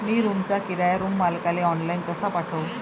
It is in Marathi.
मी रूमचा किराया रूम मालकाले ऑनलाईन कसा पाठवू?